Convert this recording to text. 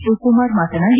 ಶಿವಕುಮಾರ್ ಮಾತನಾಡಿ